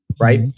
right